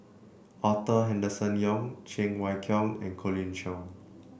Arthur Henderson Young Cheng Wai Keung and Colin Cheong